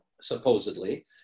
supposedly